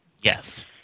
Yes